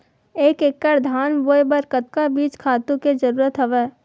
एक एकड़ धान बोय बर कतका बीज खातु के जरूरत हवय?